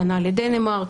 כנ"ל לדנמרק,